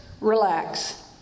relax